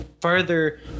further